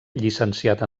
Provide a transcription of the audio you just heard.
llicenciat